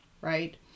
right